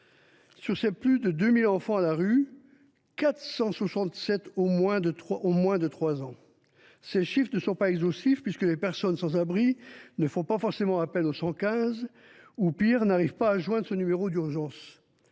Sur ces plus de 2 000 enfants à la rue, 467 ont moins de 3 ans ! Ces chiffres ne sont pas exhaustifs puisque les personnes sans abri ne font pas forcément appel au 115 ou, pire, n’arrivent pas à joindre ce numéro d’urgence.